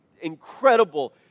incredible